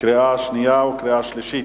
קריאה שנייה וקריאה שלישית.